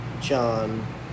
John